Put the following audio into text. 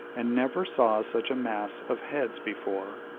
and never saw such a mass of heads before.